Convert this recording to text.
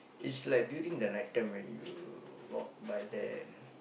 it's like during the night time when you walk by there